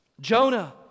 Jonah